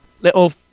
little